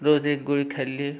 रोज एक गोळी खाल्ली